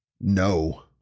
No